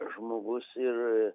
žmogus ir